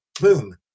boom